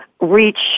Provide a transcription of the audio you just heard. reach